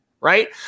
right